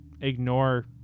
ignore